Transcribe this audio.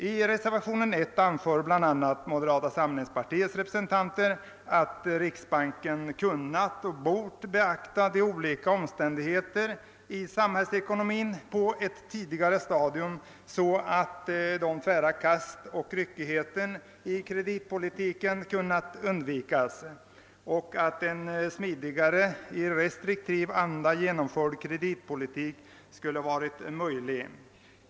I reservationen 1 a anför moderata samlingspartiets representanter bl.a. att riksbanken kunnat och bort beakta olika omständigheter i samhällsekonomin på ett tidigare stadium, så att tvära kast och ryckighet i kreditpolitiken kunnat undvikas, och att en smidigare, i restriktiv anda genomförd kreditpolitik skulle ha varit möjlig.